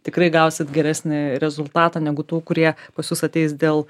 tikrai gausit geresnį rezultatą negu tų kurie pas jus ateis dėl